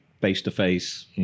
face-to-face